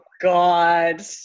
God